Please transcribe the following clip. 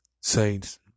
saints